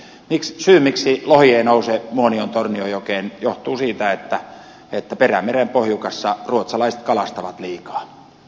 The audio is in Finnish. syy miksi lohi ei nouse muonion tornionjokeen johtuu siitä että perämeren pohjukassa ruotsalaiset kalastavat liikaa lohta